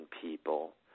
people